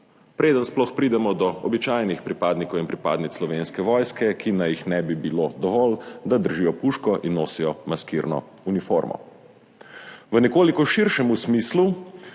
preden sploh pridemo do običajnih pripadnikov in pripadnic Slovenske vojske, ki naj jih ne bi bilo dovolj, da držijo puško in nosijo maskirno uniformo. V nekoliko širšem smislu